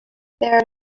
there